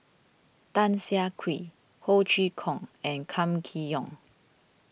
Tan Siah Kwee Ho Chee Kong and Kam Kee Yong